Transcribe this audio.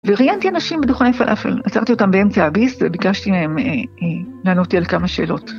וראיינתי אנשים בדוכני פלאפל. עצרתי אותם באמצע הביס וביקשתי מהם לענות לי על כמה שאלות.